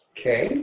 Okay